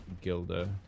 Gilda